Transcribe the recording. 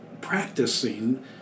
practicing